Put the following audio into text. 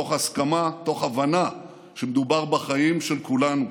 תוך הסכמה, תוך הבנה שמדובר בחיים של כולנו.